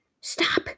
stop